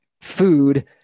food